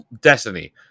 Destiny